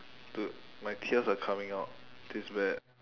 dude my tears are coming out this is bad